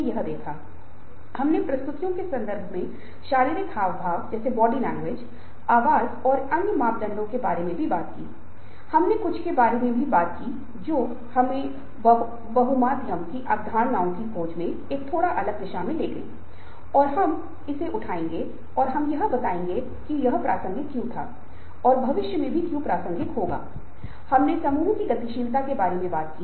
जैसा कि मूर्ति के निर्माता के मामले में आप समझ सकते हैं कि जब आप मूर्ति बना रहे हैं उस समय आप लगातार नौकरी में ध्यान केंद्रित कर रहे हैं कि वह क्या कर रहा था और आप लगातार प्रयास कर रहे हैं ताकि नौकरी पूरी हो जाए और वह चैट नहीं कर रहा है या वह नौकरी पूरा होने तक दूसरों के साथ बातचीत या सामाजिक मेलजोल नहीं कर रहा है और वह नौकरी में उसकी दृढ़ता थी